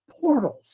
portals